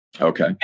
Okay